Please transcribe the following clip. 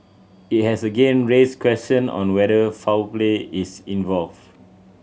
it has again raised question on whether foul play is involved